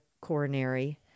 coronary